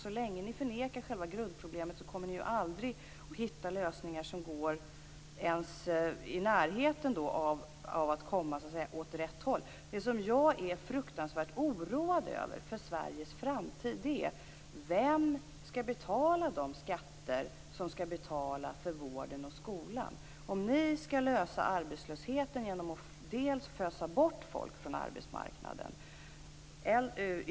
Så länge ni förnekar själva grundproblemet kommer ni aldrig att hitta lösningar som kommer ens i närheten av att gå åt rätt håll. Jag är fruktansvärt oroad över Sveriges framtid. Vem skall betala de skatter som skall betala vården och skolan? Ni löser arbetslöshetsproblemet genom att fösa bort människor från arbetsmarknaden.